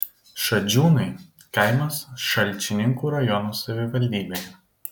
šadžiūnai kaimas šalčininkų rajono savivaldybėje